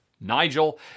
Nigel